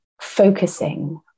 focusing